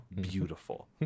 Beautiful